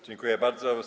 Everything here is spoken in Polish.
Dziękuję bardzo.